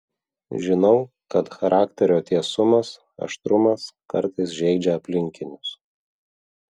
žinau kad charakterio tiesumas aštrumas kartais žeidžia aplinkinius